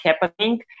happening